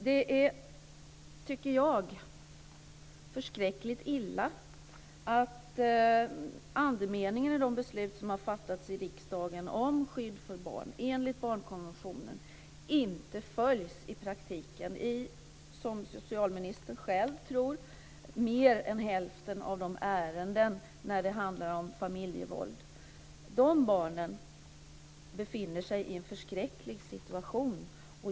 Jag tycker att det är förskräckligt illa att andemeningen i de beslut som har fattats i riksdagen om skydd för barn enligt barnkonventionen inte följs i praktiken i, som socialministern själv tror, mer än hälften av de ärenden som handlar om familjevåld. Dessa barn befinner sig i en förskräcklig situation.